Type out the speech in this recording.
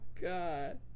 God